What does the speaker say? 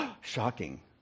shocking